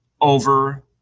over